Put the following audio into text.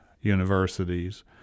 universities